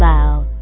Loud